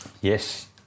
Yes